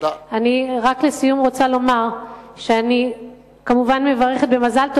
לסיום אני רוצה לומר שאני כמובן מברכת במזל טוב